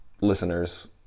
listeners